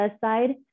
side